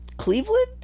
Cleveland